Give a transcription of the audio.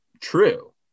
true